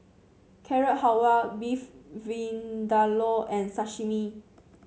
Carrot Halwa Beef Vindaloo and Sashimi